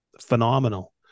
phenomenal